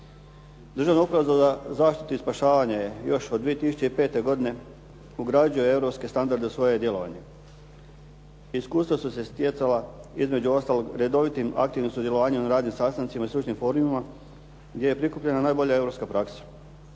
Državna uprava za zaštitu i spašavanje još od 2005. godine ugrađuje europske standarde u svoje djelovanje. Iskustva su se stjecala između ostalog redovitim aktivnim sudjelovanjem na radnim sastancima i stručnim forumima, gdje je prikupljena najbolja europska praksa.